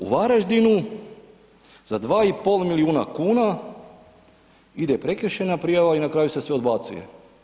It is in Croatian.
U Varaždinu za 2,5 milijuna kuna ide prekršajna prijava i na kraju se sve odbacuje.